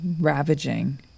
ravaging